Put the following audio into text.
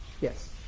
Yes